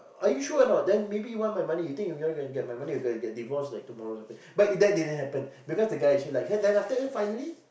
are you sure or not then maybe you want my money you think you cannot get my money you going to get divorce tomorrow or something but that didn't happen because the guy actually like her or something then finally